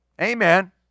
Amen